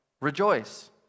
rejoice